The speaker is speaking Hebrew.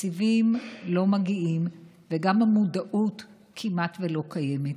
התקציבים לא מגיעים וגם המודעות כמעט לא קיימת.